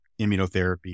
immunotherapy